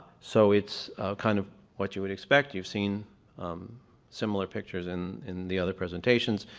so it's kind of what you would expect. you've seen similar pictures in in the other presentations.